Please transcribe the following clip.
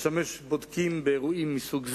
לשמש בודקים באירועים מסוג זה,